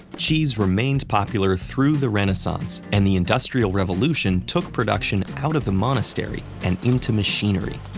cheese remained popular through the renaissance, and the industrial revolution took production out of the monastery and into machinery.